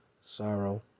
sorrow